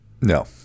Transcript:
No